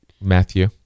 matthew